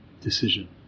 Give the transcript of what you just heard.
decision